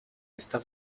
esta